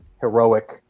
heroic